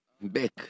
back